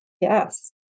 Yes